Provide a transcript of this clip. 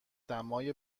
دمای